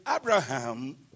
Abraham